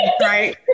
right